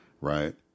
right